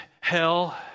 hell